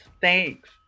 Thanks